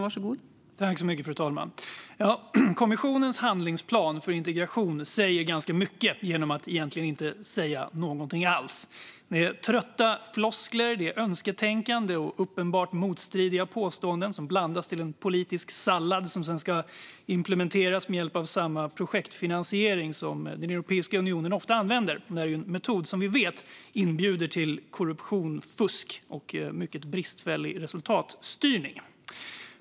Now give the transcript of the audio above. Fru talman! Kommissionens handlingsplan för integration säger ganska mycket genom att egentligen inte säga någonting alls. Det är trötta floskler, det är önsketänkande och uppenbart motstridiga påståenden som blandas till en politisk sallad som sedan ska implementeras med hjälp av samma projektfinansiering som Europeiska unionen ofta använder. Det är en metod som vi vet inbjuder till korruption, fusk och mycket bristfällig resultatstyrning.